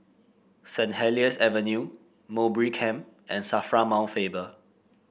Saint Helier's Avenue Mowbray Camp and Safra Mount Faber